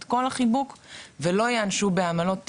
את כל החיבוק ולא ייענשו בעמלות מוגדלות.